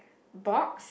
box